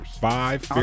Five